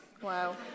Wow